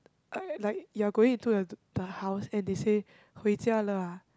uh like you're going into the to the house and then they say 回家了 ah